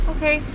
Okay